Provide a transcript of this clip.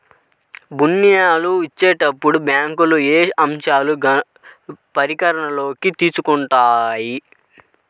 ఋణాలు ఇచ్చేటప్పుడు బ్యాంకులు ఏ అంశాలను పరిగణలోకి తీసుకుంటాయి?